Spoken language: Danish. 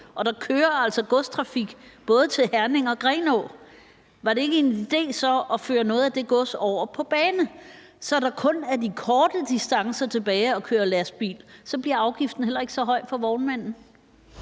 og der kører altså godstrafik til både Herning og Grenaa, og var det så ikke en idé at føre noget af det gods over på bane, så der kun er de korte distancer tilbage at køre lastbil på? Så bliver afgiften heller ikke så høj for vognmanden.